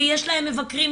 ויש להם מבקרים.